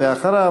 ואחריו,